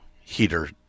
heater